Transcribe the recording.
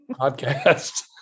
podcast